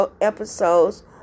episodes